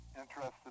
interested